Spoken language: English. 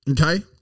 okay